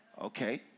okay